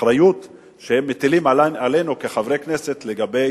האחריות שהם מטילים עלינו כחברי כנסת לגבי